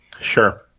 Sure